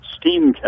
steam